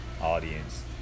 audience